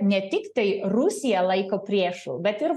ne tik tai rusiją laiko priešu bet ir